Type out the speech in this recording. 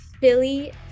Philly